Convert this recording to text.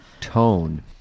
tone